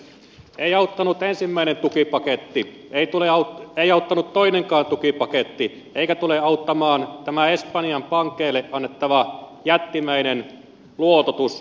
ei auttanut ensimmäinen tukipaketti ei auttanut toinenkaan tukipaketti eikä tule auttamaan tämä espanjan pankeille annettava jättimäinen luototuslaina